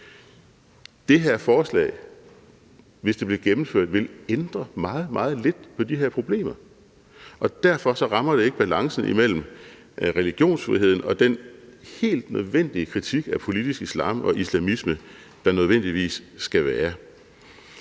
det her forslag ville, hvis det blev gennemført, ændre meget, meget lidt på de her problemer, og derfor rammer det ikke balancen imellem religionsfriheden og den helt nødvendige kritik af politisk islam og islamisme, der nødvendigvis skal være.